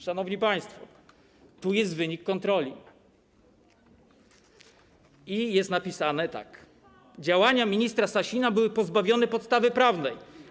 Szanowni państwo, tu jest wynik kontroli i jest napisane tak: działania ministra Sasina były pozbawione podstawy prawnej.